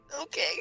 okay